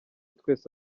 twese